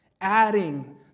adding